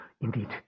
indeed